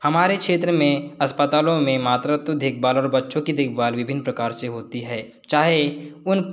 हमारे क्षेत्र में अस्पतालों में मातृत्व देखभाल और बच्चों की देखभाल विभिन्न प्रकार से होती है चाहे उन